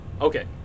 okay